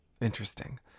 Interesting